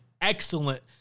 excellent